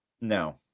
no